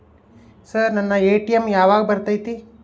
Sir ನನ್ನ ATM ಯಾವಾಗ ಬರತೈತಿ?